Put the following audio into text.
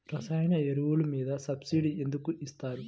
రసాయన ఎరువులు మీద సబ్సిడీ ఎందుకు ఇస్తారు?